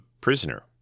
Prisoner